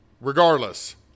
Regardless